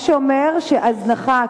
מה שאומר שהזנחה,